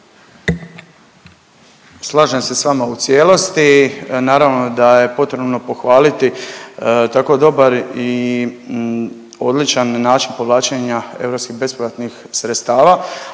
Slažem se s vama u cijelosti naravno da je potrebno pohvaliti tako dobar i odličan način povlačenja europskih besplatnih sredstava,